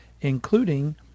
including